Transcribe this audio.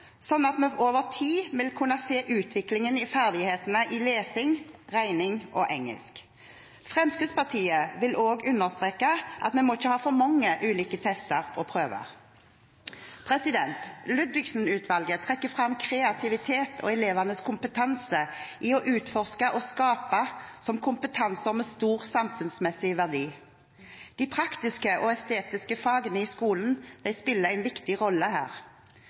at man over tid vil kunne se utviklingen i ferdighetene i lesing, regning og engelsk. Fremskrittspartiet vil dog understreke at vi ikke må ha for mange ulike tester og prøver. Ludvigsen-utvalget trekker fram kreativitet og elevenes kompetanse i å utforske og skape kompetanse med stor samfunnsmessig verdi. De praktiske og estetiske fagene i skolen spiller en viktig rolle her.